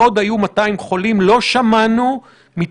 זה לא מה שאמרתי.